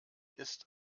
ist